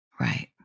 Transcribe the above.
Right